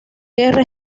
guerra